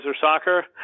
soccer